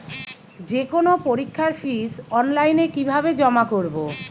যে কোনো পরীক্ষার ফিস অনলাইনে কিভাবে জমা করব?